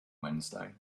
wednesday